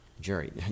Jerry